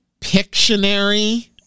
Pictionary